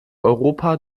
europa